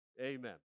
Amen